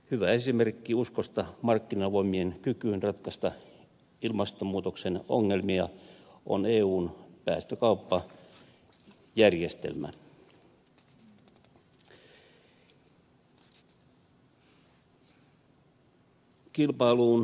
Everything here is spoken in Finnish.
hyvä esimerkki uskosta markkinavoimien kykyyn ratkaista ilmastonmuutoksen ongelmia on eun päästökauppajärjestelmä